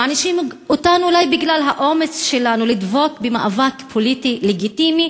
מענישים אותנו אולי בגלל האומץ שלנו לדבוק במאבק פוליטי לגיטימי